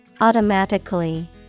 Automatically